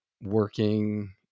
working